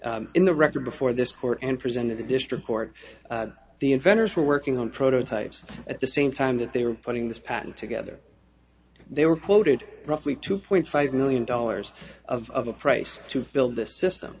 in the record before this court and present in the district court the inventors were working on prototypes at the same time that they were putting this patent together they were quoted roughly two point five million dollars of the price to build the system